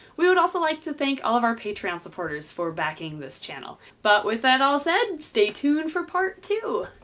we would also like to thank all of our patreon supporters for backing this channel but with that all said stay tuned for part two,